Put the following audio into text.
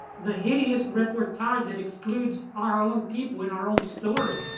the hideous repertoire that excludes our own people and our own story.